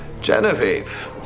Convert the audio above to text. Genevieve